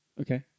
Okay